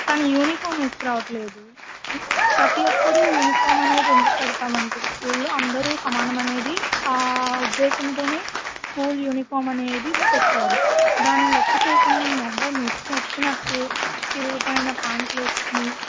తను యూనిఫామ్ వేసుకు రావట్లేదు ప్రతి ఒక్కరు యూనిఫామ్ అనేది ఎందుకు పెడతామండి స్కూల్లో అందరు సమానమనేది ఆ ఉద్దేశంతోనే స్కూల్ యూనిఫామ్ అనేది పెట్టారు దాన్ని లెక్క చేయకుండా మీ అబ్బాయి మీ ఇష్టమొచ్చినట్టు చిరిగిపోయిన ప్యాంట్లు వేసుకుని